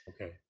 okay